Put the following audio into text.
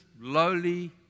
lowly